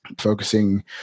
focusing